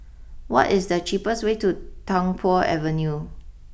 what is the cheapest way to Tung Po Avenue